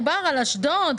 אשדוד,